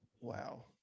wow